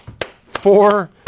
Four